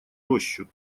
рощу